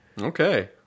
Okay